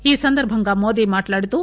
ఈసందర్బంగా మోదీ మాట్లాడుతూ